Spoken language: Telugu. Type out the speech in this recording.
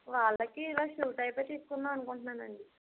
వాళ్లకి ఇలా షూ టైప్ తీసుకుందామని అనుకుంటున్నాను అండి